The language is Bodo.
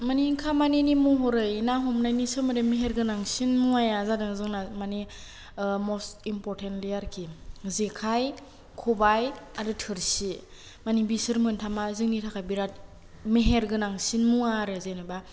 मानि खामानिनि महरै ना हमनायनि सोमोन्दै मेहेर गोनांसिन मुवाया जादों जोंना मानि मस इमफरटेन्ट बे आरोखि जेखाय खबाय आरो थोरसि मानि बिसोर मोनथामआ जोंनि थाखाय बिराथ मेहेरगोनांसिन मुवा आरो जेन'बा